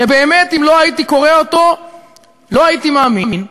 שבאמת, אם לא הייתי קורא אותו לא הייתי מאמין,